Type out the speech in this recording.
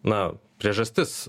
na priežastis